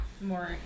More